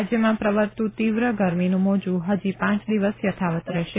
રાજયમાં પ્રવર્તતું તીવ્ર ગરમીનું મોજુ હજી પાંચ દિવસ યથાવત રહેશે